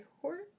Court